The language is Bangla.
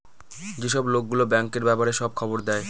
যেসব লোক গুলো ব্যাঙ্কের ব্যাপারে সব খবর দেয়